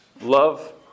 Love